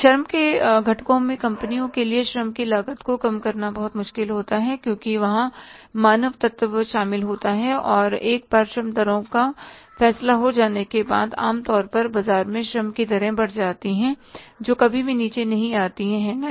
श्रम के घटकों में कंपनियों के लिए श्रम की लागत को कम करना बहुत मुश्किल होता है क्योंकि वहां मानव तत्व शामिल होता है और एक बार श्रम दरों का फैसला हो जाने के बाद आम तौर पर बाजार में श्रम की दरें बढ़ जाती हैं जो कभी भी नीचे नहीं आती हैं है ना